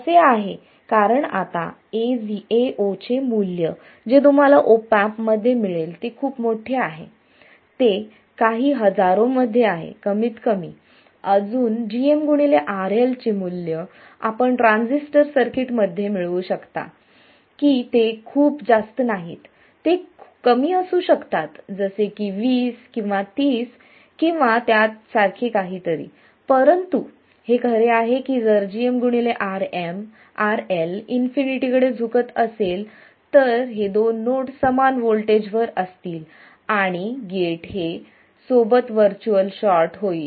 असे आहे कारण आता Ao चे मूल्य जे तुम्हाला ऑप एम्प मध्ये मिळेल ते खूप मोठे आहे ते काही हजारो मध्ये आहे कमीत कमी अजून gmRL ची मुल्य आपण ट्रांजिस्टर सर्किट मध्ये मिळवू शकता की ते खूप जास्त नाहीत ते कमी असू शकतात जसे की वीस किंवा तीस किंवा त्यात सारखे काहीतरी परंतु हे खरे आहे की जर gmRL इन्फिनिटी कडे झुकत असेल तर हे दोन नोड्स समान व्होल्टेज वर असतील आणि गेट हे सोबत व्हर्च्युअल शॉर्ट होईल